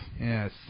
Yes